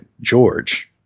George